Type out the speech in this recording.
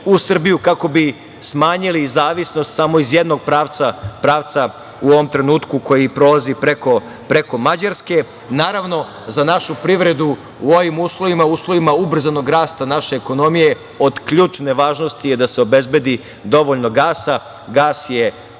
u Srbiju kako bi smanjili zavisnost samo iz jednog pravca, pravca u ovom trenutku koji prolazi preko Mađarske. Naravno, za našu privredu u ovim uslovima, u uslovima ubrzanog rasta naše ekonomije, od ključne važnosti je da se obezbedi dovoljno gasa. Gas je